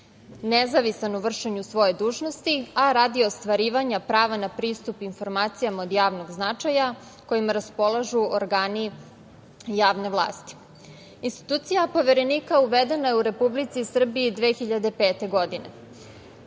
nezavistan u vršenju svoje dužnosti, a radi ostvarivanja prava na pristup informacijama od javnog značaja kojima raspolažu organi javne vlasti. Institucija Poverenika uvedena je u Republici Srbiji 2005. godine.